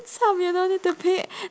cham you know need to pay